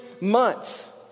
months